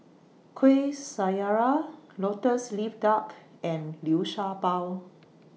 Kuih Syara Lotus Leaf Duck and Liu Sha Bao